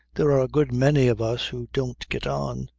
there are a good many of us who don't get on.